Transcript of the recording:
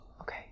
Okay